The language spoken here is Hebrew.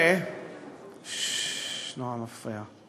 זה נורא מפריע.